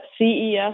CES